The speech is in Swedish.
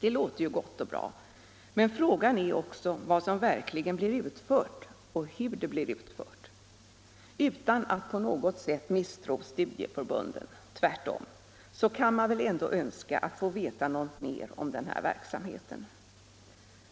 Det låter ju gott och bra, men frågan är också vad som verkligen blir utfört och hur det blir utfört. Utan att på något sätt misstro studieförbunden — tvärtom — kan man väl ändå önska att få veta något mer om den här verksamheten.